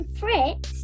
fritz